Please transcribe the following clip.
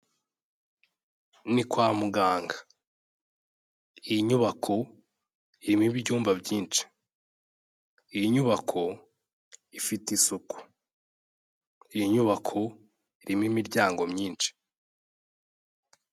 Ni kwa muganga, iyi nyubako irimo ibyumba byinshi, iyi nyubako ifite isuku, iyi nyubako irimo imiryango myinshi.